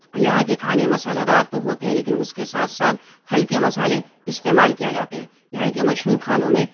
یہاں کے کھانے مصالحہ دار تو ہوتے ہیں لیکن اس کے ساتھ ساتھ ہلکے مصالحے استعمال کیا جاتے ہیں یہاں کے مشہور کھانوں میں